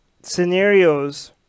scenarios